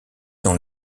dans